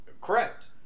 correct